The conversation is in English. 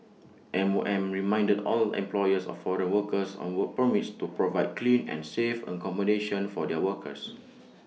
M O M reminded all employers of foreign workers on work permits to provide clean and safe accommodation for their workers